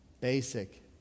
Basic